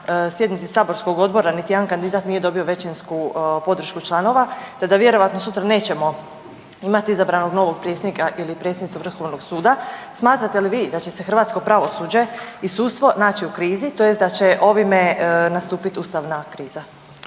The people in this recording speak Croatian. sjednici saborskog odbora niti jedan kandidat nije dobio većinsku podršku članova, te da vjerojatno sutra nećemo imati izabranog novog predsjednika ili predsjednicu Vrhovnog suda smatrate li vi da će se hrvatsko pravosuđe i sudstvo naći u krizi, tj. da će ovime nastupiti ustavna kriza?